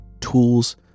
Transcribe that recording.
tools